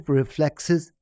reflexes